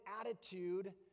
attitude